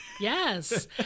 Yes